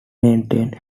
maintained